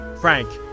Frank